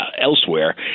elsewhere